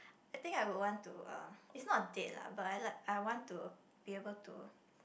I think I would want to uh it's not a date lah but I want to be able to